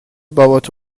بابات